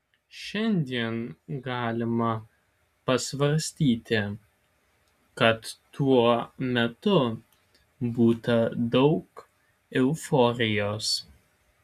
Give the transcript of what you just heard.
šiandien galima pasvarstyti kad tuo metu būta daug euforijos